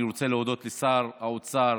אני רוצה להודות לשר האוצר,